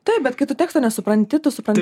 taip bet kai tu teksto nesupranti tu supranti